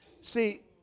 See